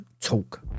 Talk